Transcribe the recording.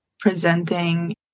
Presenting